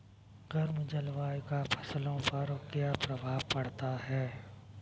गर्म जलवायु का फसलों पर क्या प्रभाव पड़ता है?